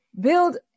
build